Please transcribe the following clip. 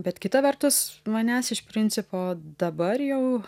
bet kita vertus manęs iš principo dabar jau